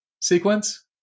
sequence